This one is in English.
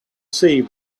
see